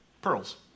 Pearls